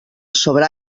sobre